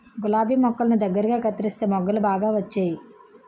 గులాబి మొక్కల్ని దగ్గరగా కత్తెరిస్తే మొగ్గలు బాగా వచ్చేయి